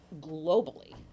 globally